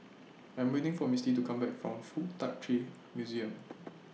I'm waiting For Misti to Come Back from Fuk Tak Chi Museum